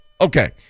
Okay